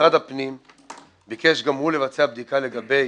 משרד הפנים ביקש גם הוא לבצע בדיקה לגבי